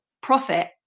profit